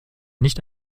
nicht